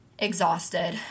exhausted